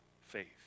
faith